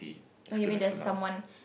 oh you mean there's someone